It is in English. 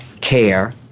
care